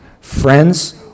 friends